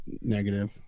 negative